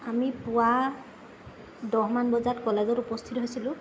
আমি পুৱা দহমান বজাত কলেজত উপস্থিত হৈছিলোঁ